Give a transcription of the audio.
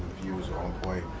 viewers were on point.